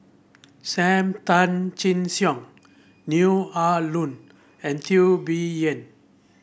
Sam Tan Chin Siong Neo Ah Luan and Teo Bee Yen